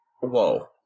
Whoa